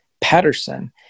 Patterson